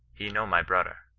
he no my broder!